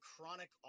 chronic